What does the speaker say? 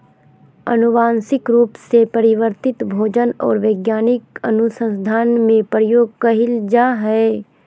आनुवंशिक रूप से परिवर्तित भोजन और वैज्ञानिक अनुसन्धान में प्रयोग कइल जा हइ